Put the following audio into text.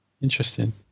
Interesting